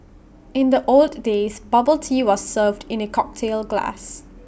in the old days bubble tea was served in A cocktail glass